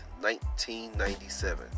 1997